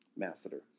Masseter